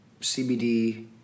CBD